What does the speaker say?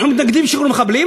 אנחנו מתנגדים לשחרור מחבלים,